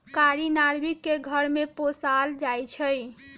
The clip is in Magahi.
कारी नार्भिक के घर में पोशाल जाइ छइ